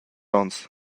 onns